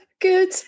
good